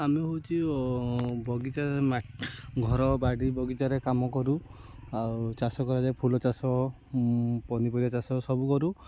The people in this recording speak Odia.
ଆମେ ହେଉଚୁ ବଗିଚା ମାଟି ଘର ବାଡ଼ି ବଗିଚାରେ କାମ କରୁ ଆଉ ଚାଷ କରାଯାଏ ଫୁଲ ଚାଷ ପନିପରିବା ଚାଷ ସବୁ କରୁ